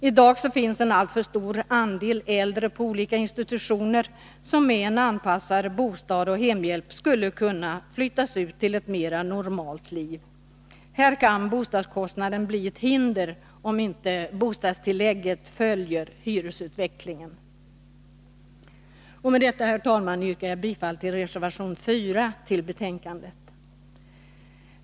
I dag finns det på institutioner en alltför stor andel äldre, som med en anpassad bostad och hemhjälp skulle kunna flytta ut till ett mera normalt liv. Här kan bostadskostnaden bli ett hinder, om inte bostadstillägget följer hyresutvecklingen. Med detta, herr talman, yrkar jag bifall till reservation 4 till betänkandet.